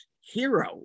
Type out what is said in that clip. hero